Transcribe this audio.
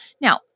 Now